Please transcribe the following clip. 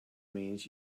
means